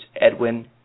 Edwin